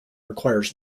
requires